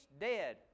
dead